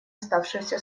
оставшегося